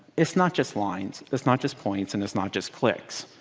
it's not just lines. it's not just points. and it's not just clicks.